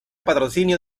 patrocinio